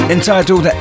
Entitled